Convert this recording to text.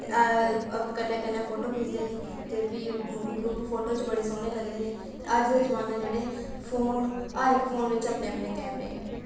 ते कन्नै कन्नै फोटो खिच्चदे हे ते फ्ही ओह् ग्रुप फोटो च बड़े सोह्ने लगदे हे ते अज्ज दे जमान्नै जेह्ड़े फोन हर इक फोन बिच्च अपने अपने कैमरे न